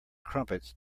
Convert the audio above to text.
crumpets